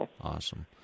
Awesome